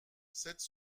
cette